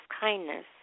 kindness